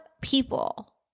people